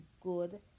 good